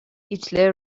هیتلر